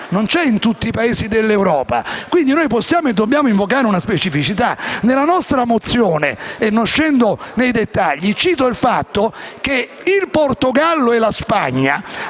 non già in tutti i Paesi dell'Europa. Quindi, possiamo e dobbiamo invocare una specificità. Nella nostra mozione - e non scendo nei dettagli - citiamo il fatto che il Portogallo e la Spagna